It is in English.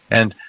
and,